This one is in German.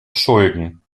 schulden